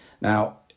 Now